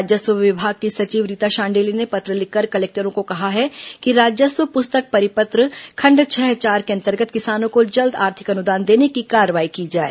राजस्व विभाग की सचिव रीता शांडिल्य ने पत्र लिखकर कलेक्टरों को कहा है कि राजस्व पुस्तक परिपत्र खण्ड छह चार के अंतर्गत किसानों को जल्द आर्थिक अनुदान देने की कार्रवाई की जाए